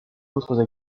autres